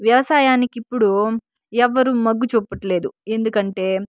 వ్యవసాయానికి ఇప్పుడు ఎవరు మొగ్గు చూపట్లేదు ఎందుకంటే